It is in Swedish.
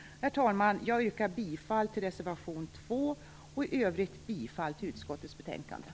Herr talman! Jag yrkar bifall till reservation 2 och i övrigt bifall till utskottets hemställan.